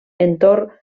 entorn